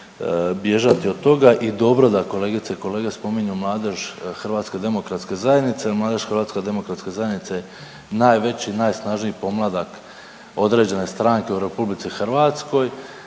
bježati od toga i dobro da kolegice i kolege spominju mladež Hrvatske demokratske zajednice, jer mladež Hrvatske demokratske zajednice najveći i najsnažniji pomladak određene stranke u Republici Hrvatskoj.